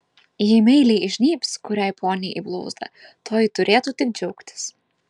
jei meiliai įžnybs kuriai poniai į blauzdą toji turėtų tik džiaugtis